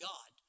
God